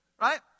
right